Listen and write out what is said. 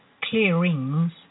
clearings